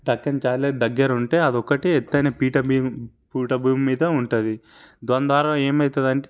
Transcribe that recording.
పక్కెనకాలే దగ్గరుంటే అదొక్కటే ఎత్తయిన పీఠబీ పీఠభూమి మీద ఉంటుంది దానిద్వారా ఏమైతదంటే